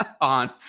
on